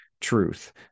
truth